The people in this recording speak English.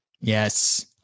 Yes